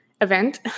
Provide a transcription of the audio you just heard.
event